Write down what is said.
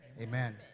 Amen